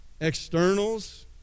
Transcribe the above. externals